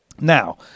Now